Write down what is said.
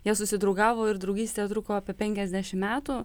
jie susidraugavo ir draugystė truko apie penkiasdešimt metų